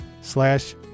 slash